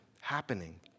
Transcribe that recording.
happening